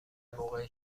موقع